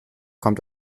kommt